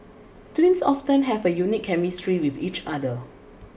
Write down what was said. twins often have a unique chemistry with each other